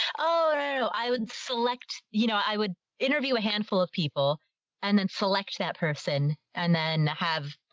oh, i would select, you know, i would interview a handful of people and then select that person and then have,